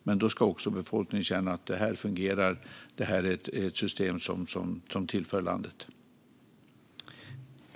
Men då ska befolkningen också känna att detta fungerar och är ett system som tillför landet något.